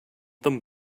them